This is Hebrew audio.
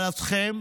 אבל אתכם